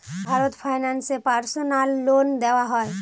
Bharat finance এ personal loan দেওয়া হয়?